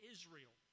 Israel